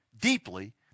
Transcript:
deeply